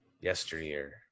yesteryear